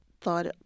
thought